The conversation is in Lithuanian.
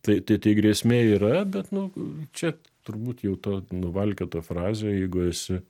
tai tai grėsmė yra bet nu čia turbūt jau ta nuvalkiota frazė jeigu esi